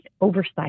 oversight